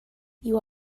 you